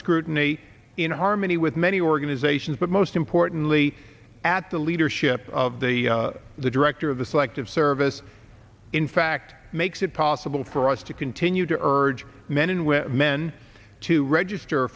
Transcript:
scrutiny in harmony with many organizations but most importantly at the leadership of the the director of the selective service in fact makes it possible for us to continue to urge men with men to register